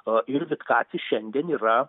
a ir vitkacis šiandien yra